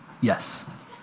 Yes